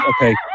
Okay